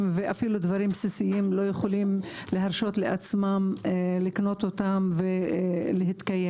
ואפילו דברים בסיסיים לא יכולים להרשות לעצמם לקנות אותם ולהתקיים.